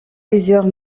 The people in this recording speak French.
plusieurs